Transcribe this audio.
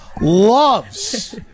loves